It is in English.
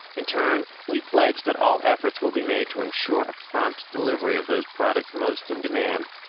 in turn, we pledge that all efforts will be made to ensure a prompt delivery of those products most in demand,